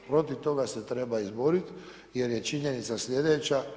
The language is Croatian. Protiv toga se treba izborit jer je činjenica sljedeća.